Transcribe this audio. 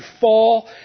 fall